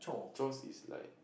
chores is like